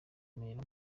mpera